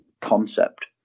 concept